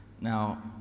Now